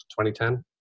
2010